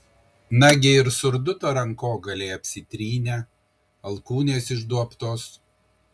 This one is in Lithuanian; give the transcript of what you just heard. nagi ir surduto rankogaliai apsitrynę alkūnės išduobtos